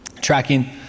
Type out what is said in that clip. tracking